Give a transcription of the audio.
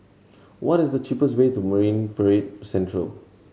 what is the cheapest way to Marine Parade Central